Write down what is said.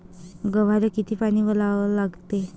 गव्हाले किती पानी वलवा लागते?